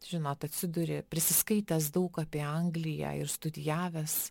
žinot atsiduri prisiskaitęs daug apie angliją ir studijavęs